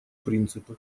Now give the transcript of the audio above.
принципы